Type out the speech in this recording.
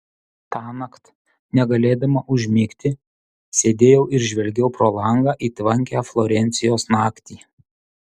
tąnakt negalėdama užmigti sėdėjau ir žvelgiau pro langą į tvankią florencijos naktį